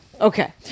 okay